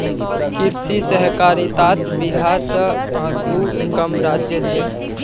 कृषि सहकारितात बिहार स आघु कम राज्य छेक